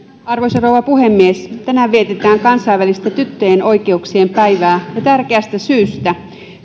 arvoisa rouva puhemies tänään vietetään kansainvälistä tyttöjen oikeuksien päivää ja tärkeästä syystä